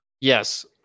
Yes